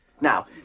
Now